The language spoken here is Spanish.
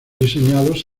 diseñados